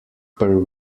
per